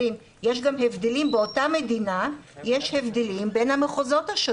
אנחנו מדברים על בחוץ,